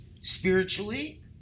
spiritually